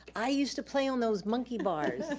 i used to play on those monkey bars.